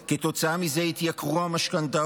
כתוצאה מזה יתייקרו המשכנתאות.